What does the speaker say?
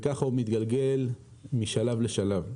וככה הוא מתגלגל משלב לשלב.